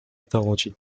mythology